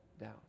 down